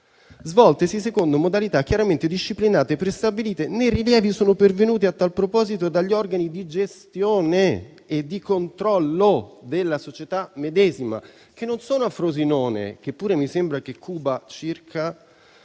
svoltesi secondo modalità chiaramente disciplinate e prestabilite, né rilievi sono pervenuti a tal proposito dagli organi di gestione e di controllo della società medesima, che non sono a Frosinone (che pure mi sembra cubi circa